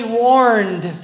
warned